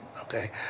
okay